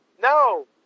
No